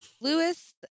Lewis